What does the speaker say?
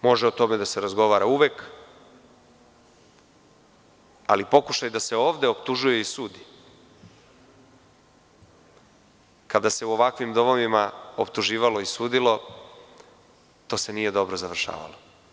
Može o tome da se razgovara uvek, ali pokušaj da se ovde optužuje sud kada se u ovakvim domovima optuživalo i sudilo, to se nije dobro završavalo.